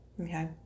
okay